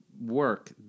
work